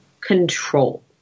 control